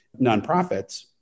nonprofits